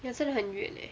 ya 真的很远 eh